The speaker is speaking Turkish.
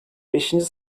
beşinci